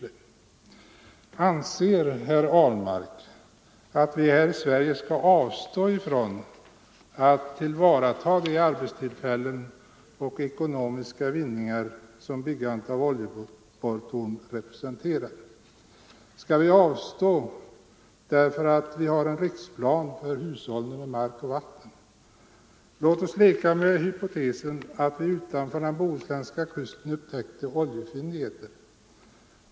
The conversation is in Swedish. lokaliseringen Anser herr Ahlmark att vi här i Sverige skall avstå från att tillvarata — av industri till de arbetstillfällen och ekonomiska bindningar som byggandet av olje — Västkusten borrtorn representerar? Skall vi avstå härifrån därför att vi har en riksplan för hushållning med mark och vatten? Låt oss leka med hypotesen att vi utanför den bohuslänska kusten upptäckte oljefyndigheter.